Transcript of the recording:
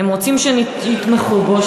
הם רוצים שיתמכו בו,